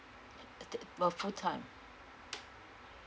uh ti~ uh full time